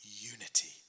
Unity